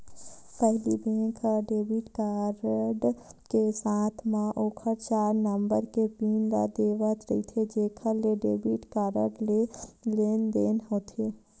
पहिली बेंक ह debit card के साथे म ओखर चार नंबर के पिन ल देवत रिहिस जेखर ले डेबिट कारड ले लेनदेन होथे